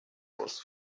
was